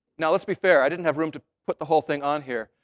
now, let's be fair. i didn't have room to put the whole thing on here.